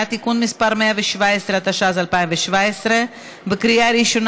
בעד, תשעה מתנגדים, אחד נמנע.